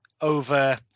over